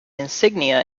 insignia